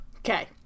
Okay